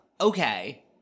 okay